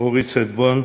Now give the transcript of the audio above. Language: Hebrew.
אורית סטרוק,